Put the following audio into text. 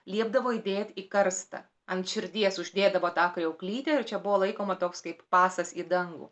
liepdavo įdėt į karstą ant širdies uždėdavo tą kriauklytę ir čia buvo laikoma toks kaip pasas į dangų